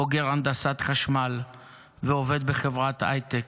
בוגר הנדסת חשמל ועובד בחברת הייטק,